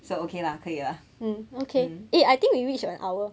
so okay lah correct lah I'm okay eh I think we reach an hour